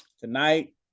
Tonight